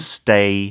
stay